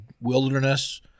wilderness